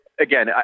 again